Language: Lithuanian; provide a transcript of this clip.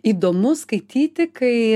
įdomu skaityti kai